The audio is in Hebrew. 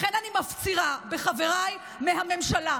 לכן אני מפצירה בחבריי מהממשלה: